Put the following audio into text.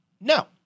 No